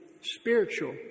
spiritual